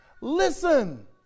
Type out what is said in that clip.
Listen